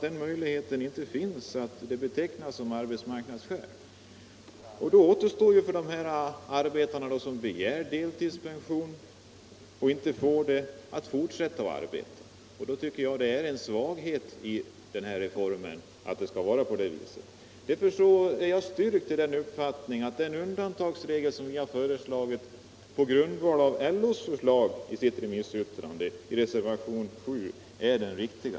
Då får jag väl utgå ifrån att den möjligheten inte finns. I så fall återstår för de arbetare som begär deltidspension men inte får det därför att deltidsarbete inte kan ordnas bara alternativet att fortsätta att arbeta. Det tycker jag är en svaghet i reformen. Därför är jag styrkt i uppfattningen att den undantagsregel som vi föreslagit i reservationen 7 på grundval av förslaget i LO:s remissyttrande är den riktiga.